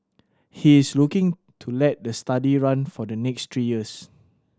he is looking to let the study run for the next three years